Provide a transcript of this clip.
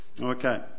Okay